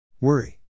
Worry